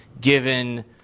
given